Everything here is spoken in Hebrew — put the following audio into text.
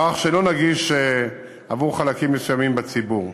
מערך שאינו נגיש לחלקים מסוימים בציבור,